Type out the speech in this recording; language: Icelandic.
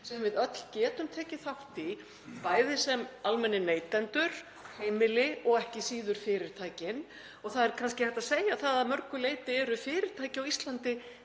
sem við öll getum tekið þátt í, bæði almennir neytendur, heimili og ekki síður fyrirtæki. Það er kannski hægt að segja það að að mörgu leyti eru fyrirtæki á Íslandi